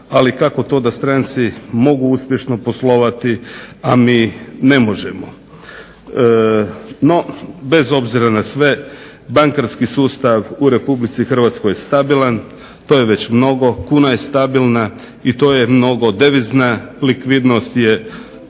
ali kako to da stranci mogu uspješno poslovati, a mi ne možemo. No bez obzira na sve bankarski sustav u Republici Hrvatskoj je stabilan, to je već mnogo. Kuna je stabilna i to je mnogo, devizna likvidnost je